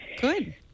good